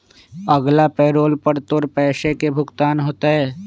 अगला पैरोल पर तोर पैसे के भुगतान होतय